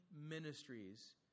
ministries